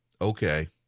Okay